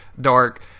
dark